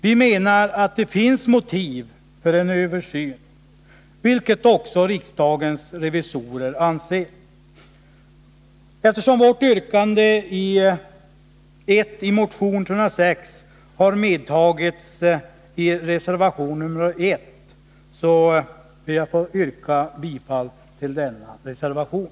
Vi menar att det finns motiv för en översyn, något som också riksdagens revisorer anser. Eftersom vårt första yrkande i motion 306 har medtagits i reservation nr 1 ber jag att få yrka bifall till denna reservation.